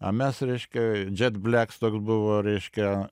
a mes reiškia jet blacks toks buvo reiškia